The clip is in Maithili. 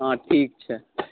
हँ ठीक छै